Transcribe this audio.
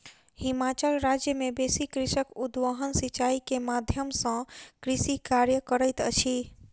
हिमाचल राज्य मे बेसी कृषक उद्वहन सिचाई के माध्यम सॅ कृषि कार्य करैत अछि